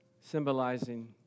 symbolizing